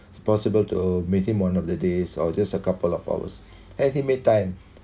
possible to meet him one of the days or just a couple of hours and he made time